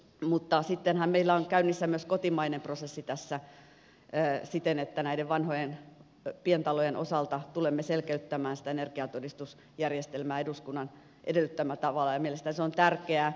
mutta sittenhän meillä on käynnissä myös kotimainen prosessi siten että vanhojen pientalojen osalta tulemme selkeyttämään sitä energiatodistusjärjestelmää eduskunnan edellyttämällä tavalla ja mielestäni se on tärkeää